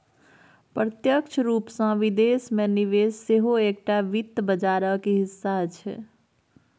प्रत्यक्ष रूपसँ विदेश मे निवेश सेहो एकटा वित्त बाजारक हिस्सा छै